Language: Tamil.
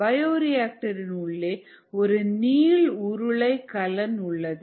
பயோரிஆக்டர் இன் உள்ளே ஒரு நீள் உருளை கலன் உள்ளது